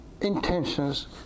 intentions